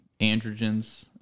androgens